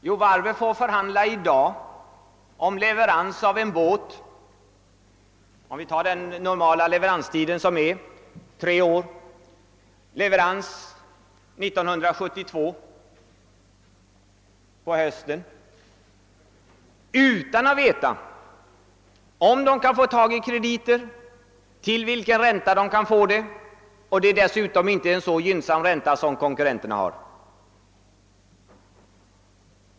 Jo, varvet förhandlar i dag om leverans av en båt på hösten 1972 — om vi räknar med den normala leveranstiden, som är tre år — utan att veta om det kan få krediter eller till vilken ränta. Räntan kan i varje fall inte bli lika gynnsam som den som konkurrenterna betalar.